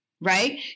right